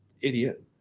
idiot